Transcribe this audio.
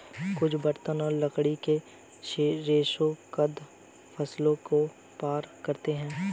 कुछ बर्तन और लकड़ी के रेशे कंद फसलों को पार करते है